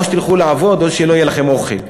או שתלכו לעבוד או שלא יהיה לכם אוכל.